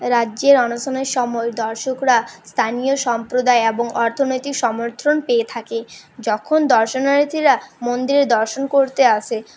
রাজ্যের অনশনের সময় দর্শকরা স্থানীয় সম্প্রদায় এবং অর্থনৈতিক সমর্থন পেয়ে থাকে যখন দর্শনার্থীরা মন্দিরে দর্শন করতে আসে